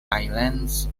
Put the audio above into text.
islands